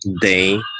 day